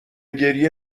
گریه